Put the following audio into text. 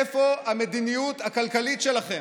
איפה המדיניות הכלכלית שלכם?